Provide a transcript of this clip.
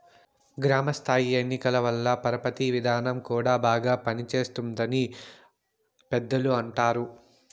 గ్రామ స్థాయి ఎన్నికల వల్ల పరపతి విధానం కూడా బాగా పనిచేస్తుంది అని పెద్దలు అంటారు